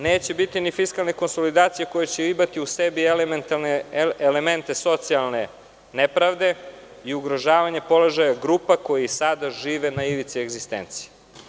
Neće biti ni fiskalne konsolidacije koja će imati u sebi elemente socijalne nepravde i ugrožavanje položaja grupa koje sada žive na ivici egzistencije.